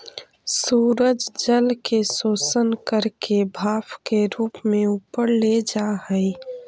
सूरज जल के शोषण करके भाप के रूप में ऊपर ले जा हई